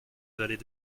valet